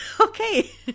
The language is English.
okay